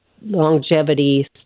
longevity